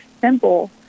simple